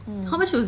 mm